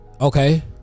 Okay